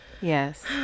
Yes